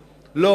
הסביבתי.